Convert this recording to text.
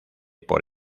por